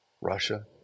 Russia